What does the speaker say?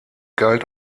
galt